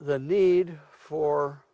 the need for